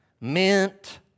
mint